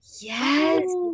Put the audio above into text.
Yes